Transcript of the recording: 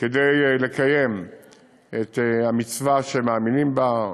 כדי לקיים את המצווה שהם מאמינים בה,